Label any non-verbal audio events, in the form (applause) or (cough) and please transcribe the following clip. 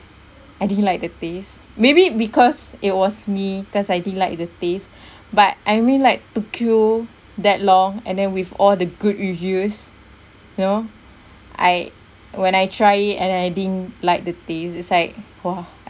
I didn't like the taste maybe it because it was me cause I didn't like the taste (breath) but I mean like to queue that long and then with all the good reviews know I when I try it and I didn't like the taste is like !wah!